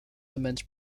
amends